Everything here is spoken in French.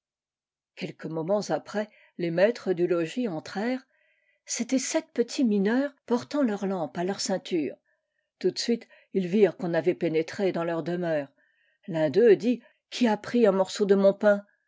quelques moments après les maîtres du logis entrèrent c'étaient sept petits mineurs portant leur lampe à leur ceinture tout de suite ils virent u on avait pénétré dans leur demeure l'un d'eux iit qui a pris un morceau de mon pain